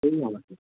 ए अँ